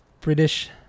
British